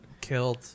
killed